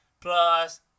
Plus